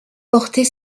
porter